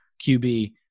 QB